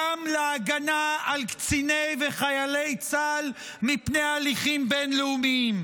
גם להגנה על קציני וחיילי צה"ל מפני הליכים בין-לאומיים.